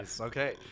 Okay